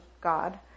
God